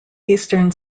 eastern